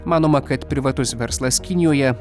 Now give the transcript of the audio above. manoma kad privatus verslas kinijoje